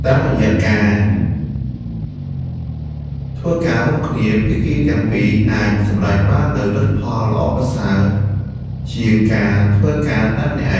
តាមរយៈការធ្វើការរួមគ្នា ភាគីទាំងពីរអាចសម្រេចបាននូវលទ្ធផលល្អប្រសើរជាងការធ្វើការតែម្នាក់ឯង។